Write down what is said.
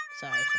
sorry